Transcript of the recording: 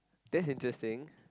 that's interesting